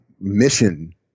mission